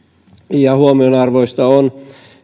huomionarvoista on